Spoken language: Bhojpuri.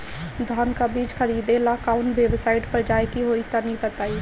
धान का बीज खरीदे ला काउन वेबसाइट पर जाए के होई तनि बताई?